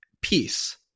peace